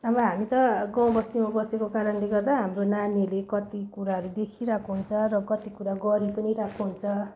अब हामी त गाउँबस्तीमा बसेको कारणले गर्दा हाम्रो नानीहरूले कति कुराहरू देखिरहेको हुन्छ र कति कुरा गरी पनि रहेको हुन्छ